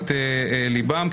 לתשומת ליבם,